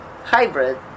hybrid